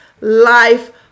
life